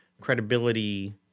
credibility